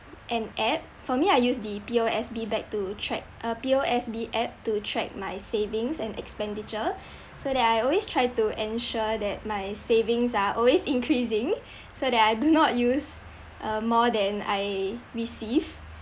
an app for me I use the P_O_S_B back to track uh P_O_S_B app to track my savings and expenditure so that I always try to ensure that my savings are always increasing so that I do not use uh more than I receive